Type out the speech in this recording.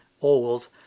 old